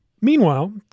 Meanwhile